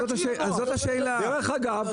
דרך אגב,